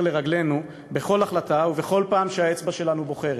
לרגלינו בכל החלטה ובכל פעם שהאצבע שלנו בוחרת,